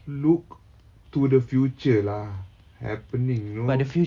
look to the future lah happening know